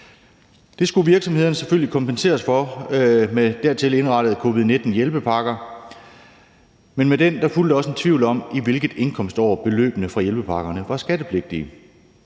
Det skulle virksomhederne selvfølgelig kompenseres for med dertil indrettede covid-19-hjælpepakker, men med dem fulgte også en tvivl om, i hvilket indkomstår beløbene fra hjælpepakkerne var skattepligtige.